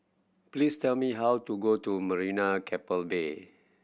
please tell me how to go to Marina Keppel Bay